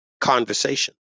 conversation